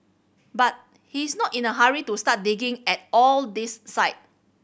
but he is not in a hurry to start digging at all these site